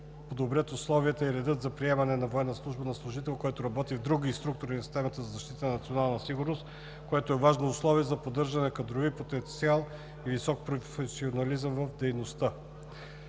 подобрят условията и реда за приемане на военна служба на служител, който работи в други структури от системата за защита на националната сигурност, което е важно условие за поддържане на кадрови потенциал и висок професионализъм в дейността.